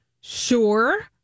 sure